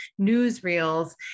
newsreels